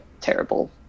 terrible